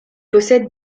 possède